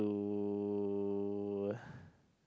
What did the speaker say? to